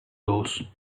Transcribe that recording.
doors